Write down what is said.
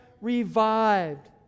revived